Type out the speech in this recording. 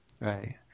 Right